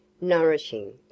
nourishing